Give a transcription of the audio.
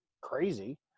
crazy